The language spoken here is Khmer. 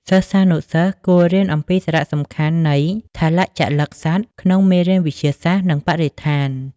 សិស្សានុសិស្សគួររៀនអំពីសារៈសំខាន់នៃ "ថលជលិកសត្វ" ក្នុងមេរៀនវិទ្យាសាស្ត្រ និងបរិស្ថាន។